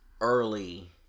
early